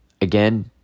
again